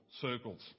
circles